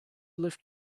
lift